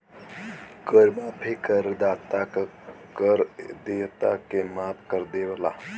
कर माफी करदाता क कर देयता के माफ कर देवला